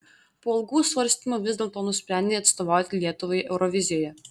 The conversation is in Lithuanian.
po ilgų svarstymų vis dėlto nusprendei atstovauti lietuvai eurovizijoje